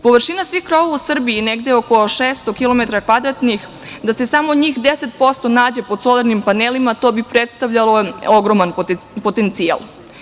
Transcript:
Površina svih krovova u Srbiji je negde oko 600 km kvadratnih i da se samo 10% njih nađe pod solarnim panelima, to bi predstavljalo ogroman potencijal.